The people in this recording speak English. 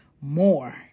more